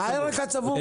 הצבור.